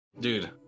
Dude